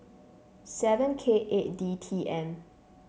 seven K eight D T M